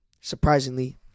Surprisingly